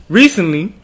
recently